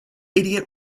idiot